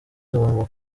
tugomba